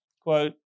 Quote